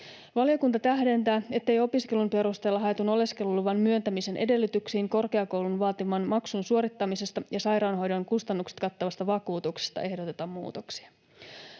Valiokunta tähdentää, ettei opiskelun perusteella haetun oleskeluluvan myöntämisen edellytyksiin korkeakoulun vaatiman maksun suorittamisesta ja sairaanhoidon kustannukset kattavasta vakuutuksesta ehdoteta muutoksia.